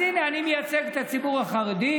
אז הינה, אני מייצג את הציבור החרדי,